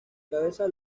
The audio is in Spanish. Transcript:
cabeza